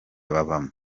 babamo